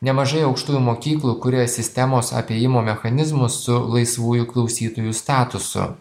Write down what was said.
nemažai aukštųjų mokyklų kuria sistemos apėjimo mechanizmus su laisvųjų klausytojų statusu